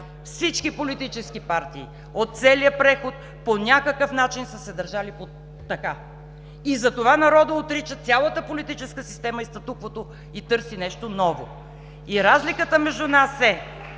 всички политически партии от целия преход по някакъв начин са се държали така и затова народът отрича цялата политическа система и статуквото, и търси нещо ново. Разликата между нас е,